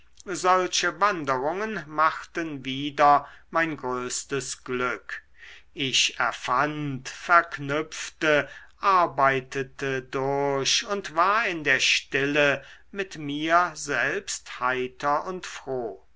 solche wanderungen machten wieder mein größtes glück ich erfand verknüpfte arbeitete durch und war in der stille mit mir selbst heiter und froh